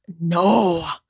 No